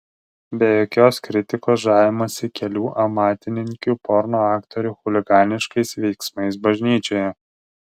be jokios kritikos žavimasi kelių amatininkių porno aktorių chuliganiškais veiksmais bažnyčioje